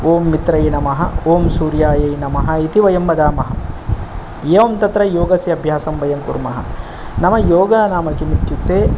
ओम् मित्राय नमः ओम् सूर्याय नमः इति वयं वदामः एवं तत्र योगस्य अभ्यासं वयं कुर्मः नाम योगः नाम किमित्युक्ते